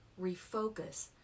refocus